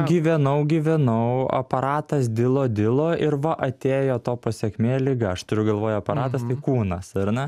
gyvenau gyvenau aparatas dilo dilo ir va atėjo to pasekmė liga aš turiu galvoje aparatas tai kūnas ar ne